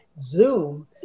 Zoom